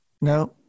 No